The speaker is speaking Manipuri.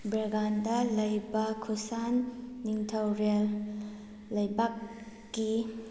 ꯕ꯭ꯔꯦꯒ꯭ꯔꯥꯟꯗ ꯂꯩꯕ ꯈꯨꯁꯥꯟ ꯅꯤꯡꯊꯧꯔꯦꯜ ꯂꯩꯕꯥꯛꯀꯤ